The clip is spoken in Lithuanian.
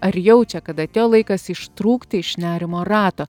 ar jaučia kad atėjo laikas ištrūkti iš nerimo rato